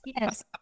yes